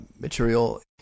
material